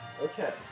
Okay